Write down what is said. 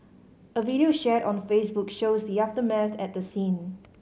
a video shared on Facebook shows the aftermath at the scene